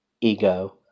ego